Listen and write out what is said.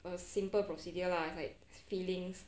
a simple procedure lah it's like fillings